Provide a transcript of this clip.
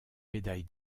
médaille